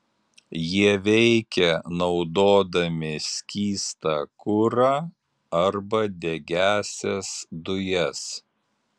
jie veikia naudodami skystą kurą arba degiąsias dujas